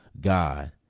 God